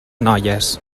noies